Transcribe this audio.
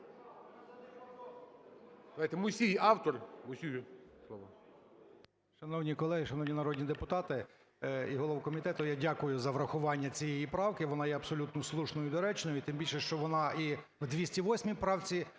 Мусій – автор.